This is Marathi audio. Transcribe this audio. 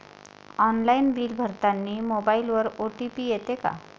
ऑनलाईन बिल भरतानी मोबाईलवर ओ.टी.पी येते का?